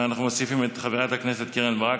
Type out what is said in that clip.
אנחנו מוסיפים את חברת הכנסת קרן ברק,